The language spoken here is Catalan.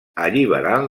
alliberant